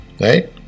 right